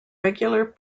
regular